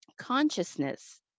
consciousness